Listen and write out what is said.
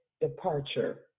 departure